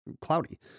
cloudy